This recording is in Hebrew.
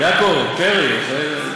יעקב פרי,